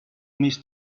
miss